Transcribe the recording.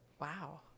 Wow